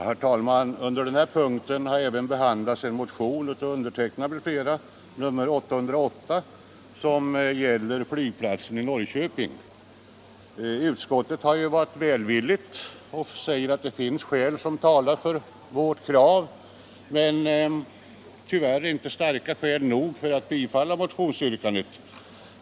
Herr talman! Under denna punkt behandlas bl.a. en motion som jag och några medmotionärer har väckt, motionen 808, som gäller flygplatsen i Norrköping. Utskottet skriver välvilligt och säger att det finns skäl som talar för vårt krav, men tyvärr är skälen inte starka nog för att utskottet skall kunna biträda motionsyrkandet.